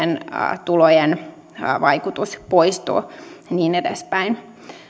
ja vanhempien tulojen vaikutus poistuu ja niin edespäin